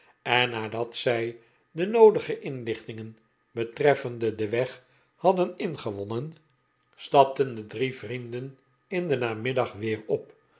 en nadat zij de noodige inlichtingen betreffende den weg hadden ingewonnen stapten de drie vrienden in den namiddag weer op